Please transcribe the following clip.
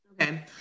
Okay